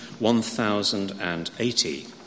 1080